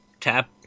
tap